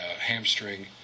hamstring